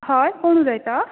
हय कोण उलयता